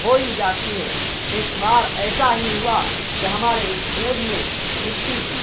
ہو ہی جاتی ہے ایک بار ایسا ہی ہوا کہ ہمارے اسکول میں چھٹی تھی